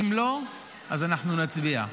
אם לא, אז אנחנו נצביע.